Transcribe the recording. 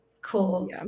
Cool